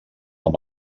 amb